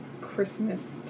Christmas